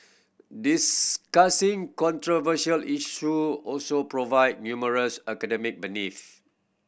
discussing controversial issue also provide numerous academic